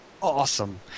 awesome